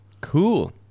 cool